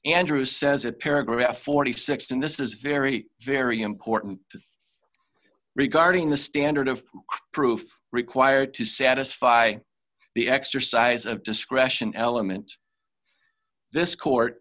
andrew says a paragraph forty six in this is very very important regarding the standard of proof required to satisfy the exercise of discretion element this court